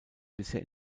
bisher